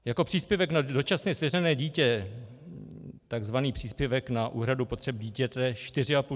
Jako příspěvek na dočasně svěřené dítě, takzvaný příspěvek na úhradu potřeb dítěte, 4 500 tis. korun.